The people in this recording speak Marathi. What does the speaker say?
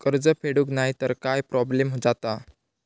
कर्ज फेडूक नाय तर काय प्रोब्लेम जाता?